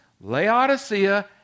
Laodicea